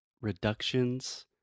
reductions